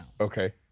Okay